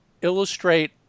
Illustrate